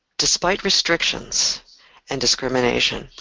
despite restrictions and discrimination,